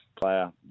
player